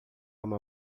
uma